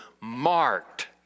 marked